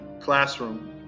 classroom